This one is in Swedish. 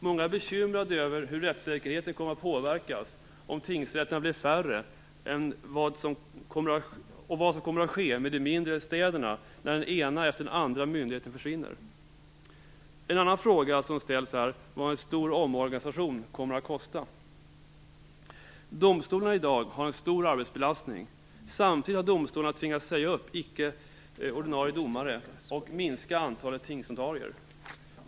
Många är bekymrade över hur rättssäkerheten kommer att påverkas om tingsrätterna blir färre och vad som kommer att ske med de mindre städerna när den ena myndigheten efter den andra försvinner. En annan fråga som ställs är vad en stor omorganisation kommer att kosta. Domstolarna har i dag en stor arbetsbelastning. Samtidigt har domstolarna tvingats att säga upp icke ordinarie domare och att minska antalet tingsnotarier.